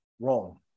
wrong